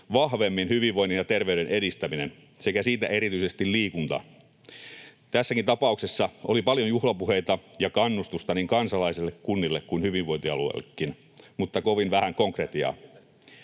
vahvemmin hyvinvoinnin ja terveyden edistäminen sekä siitä erityisesti liikunta. Tässäkin tapauksessa oli paljon juhlapuheita ja kannustusta niin kansalaisille, kunnille kuin hyvinvointialueillekin mutta kovin vähän konkretiaa.